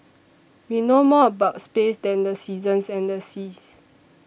we know more about space than the seasons and the seas